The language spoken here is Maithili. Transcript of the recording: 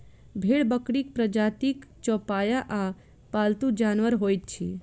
भेंड़ बकरीक प्रजातिक चौपाया आ पालतू जानवर होइत अछि